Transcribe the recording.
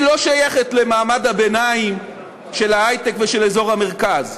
היא לא שייכת למעמד הביניים של ההיי-טק ושל אזור המרכז.